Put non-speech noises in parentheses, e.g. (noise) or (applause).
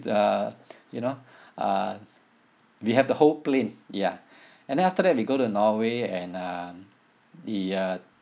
uh (noise) you know uh we have the whole plane ya (breath) and then after that we go to norway and um the uh